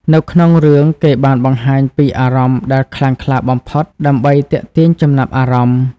នៅក្នុងរឿង គេបានបង្ហាញពីអារម្មណ៍ដែលខ្លាំងក្លាបំផុតដើម្បីទាក់ទាញចំណាប់អារម្មណ៍។